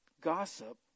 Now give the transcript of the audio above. gossip